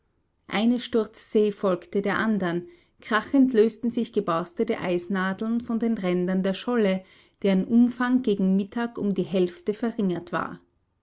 eine sturzsee folgte der andern krachend lösten sich geborstene eisnadeln von den rändern der scholle deren umfang gegen mittag um die hälfte verringert war